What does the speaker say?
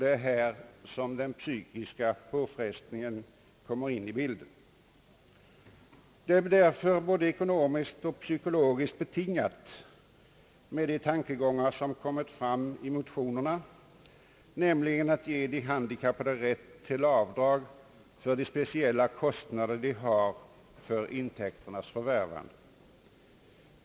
Det är här som den psykiska påfrestningen kommer in i bilden. Det ligger därför både ekonomiska och psykologiska skäl bakom de tankegångar som kommit fram i motionerna, nämligen att man skall ge de handikappade rätt till avdrag för de speciella kostnader de har för intäkternas förvärvande.